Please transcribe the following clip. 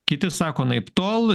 kiti sako anaiptol